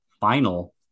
final